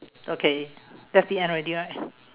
okay that's the end already right